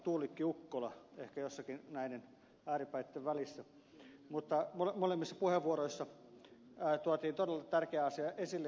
tuulikki ukkola ehkä jossakin näiden ääripäitten välissä mutta molemmissa puheenvuoroissa tuotiin todella tärkeä asia esille